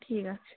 ঠিক আছে